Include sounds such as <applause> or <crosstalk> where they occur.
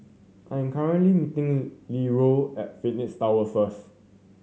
I am <unintelligible> meeting Leeroy at Phoenix Tower first